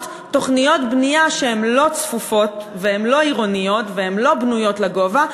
עם תוכניות לבנייה שהיא לא צפופה והיא לא עירונית והיא לא לגובה.